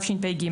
תשפ"ג.